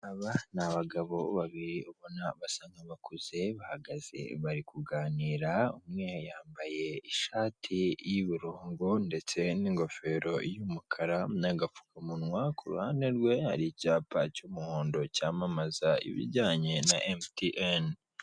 Urabona umuntu utwaye ipikipiki, ari ku muhanda wubakishije amabuye yambaye umwenda y'umukara n'ikintu bambara ku mutwe biririnda impanuka.